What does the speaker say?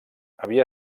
havia